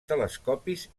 telescopis